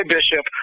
Bishop